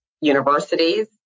universities